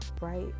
right